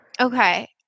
Okay